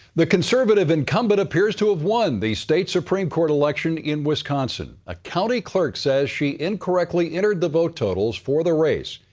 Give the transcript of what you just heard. the conservative incumbent appears to have won the state supreme court election in wisconsin. a county clerk says she incorrectly entered the vote totals for the race.